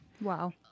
Wow